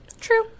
True